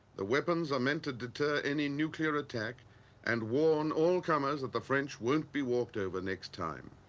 the weapons are meant to deter any nuclear attack and warn all comers that the french won't be walked over next time.